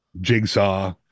jigsaw